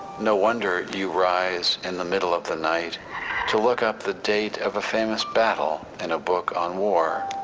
no wonder you rise in the middle of the night to look up the date of a famous battle in a book on war.